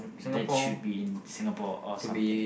that should be in Singapore or something